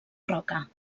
roca